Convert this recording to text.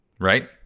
right